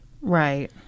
Right